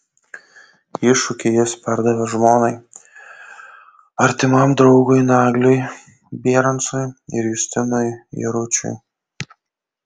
iššūkį jis perdavė žmonai artimam draugui nagliui bierancui ir justinui jaručiui